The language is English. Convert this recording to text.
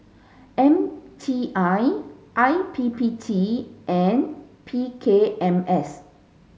M T I I P P T and P K M S